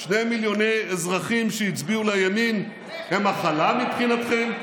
שני מיליוני אזרחים שהצביעו לימין הם מחלה מבחינתכם?